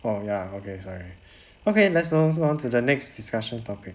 oh ya okay sorry okay let's move on to the next discussion topic